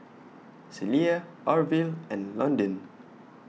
Celia Arvil and Londyn